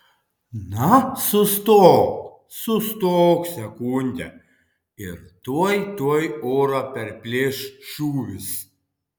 na sustok sustok sekundę ir tuoj tuoj orą perplėš šūvis